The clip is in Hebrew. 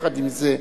עם זה,